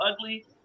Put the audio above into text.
ugly